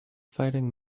fighting